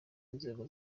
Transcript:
nzego